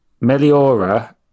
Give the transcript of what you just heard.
Meliora